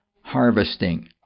harvesting